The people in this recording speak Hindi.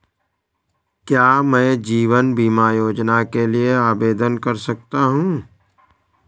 क्या मैं जीवन बीमा योजना के लिए आवेदन कर सकता हूँ?